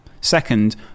Second